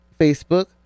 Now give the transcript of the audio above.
Facebook